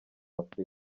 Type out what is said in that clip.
afurika